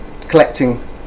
collecting